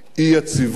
אי-יציבות